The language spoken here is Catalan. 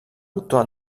doctor